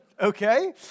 okay